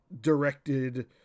directed